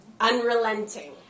Unrelenting